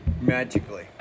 magically